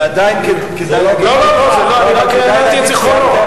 ועדיין כדאי להגיד, לא, אני רק רעננתי את זיכרונו.